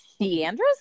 Deandra's